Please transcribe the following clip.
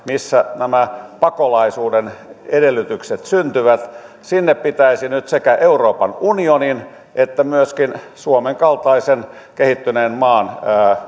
missä nämä pakolaisuuden edellytykset syntyvät pitäisi nyt sekä euroopan unionin että myöskin suomen kaltaisen kehittyneen maan